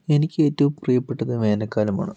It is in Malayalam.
എനിക്ക് ഏറ്റവും പ്രിയപ്പെട്ടത് വേനൽക്കാലമാണ്